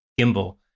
gimbal